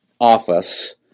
office